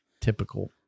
Typical